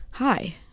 hi